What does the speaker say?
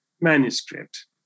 manuscript